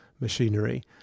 machinery